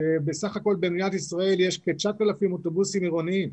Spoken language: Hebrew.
שבסך הכול במדינת ישראל יש כ-9,000 אוטובוסים עירוניים,